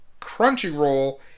Crunchyroll